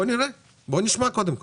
בוא נראה, בוא נשמע קודם כל.